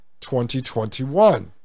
2021